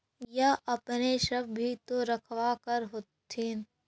गईया अपने सब भी तो रखबा कर होत्थिन?